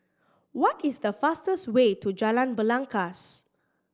what is the fastest way to Jalan Belangkas